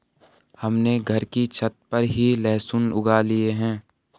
हमने घर की छत पर ही लहसुन उगा लिए हैं